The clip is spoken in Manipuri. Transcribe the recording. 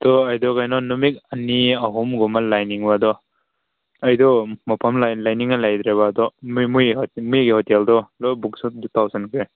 ꯑꯗꯨ ꯑꯗꯨ ꯀꯩꯅꯣ ꯅꯨꯃꯤꯠ ꯑꯅꯤ ꯑꯍꯨꯝꯒꯨꯝꯕ ꯂꯩꯅꯤꯡꯕ ꯑꯗꯣ ꯑꯩꯗꯣ ꯃꯐꯝ ꯂꯩꯅꯤꯡꯉꯥꯏ ꯂꯩꯇ꯭ꯔꯦꯕ ꯑꯗꯣ ꯃꯤꯒꯤ ꯍꯣꯇꯦꯜꯗꯣ ꯂꯣꯏ ꯕꯨꯛꯁꯨ ꯇꯧꯁꯤꯟꯈ꯭ꯔꯦ